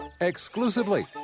Exclusively